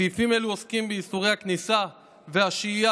סעיפים אלו עוסקים באיסורי הכניסה והשהייה